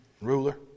ruler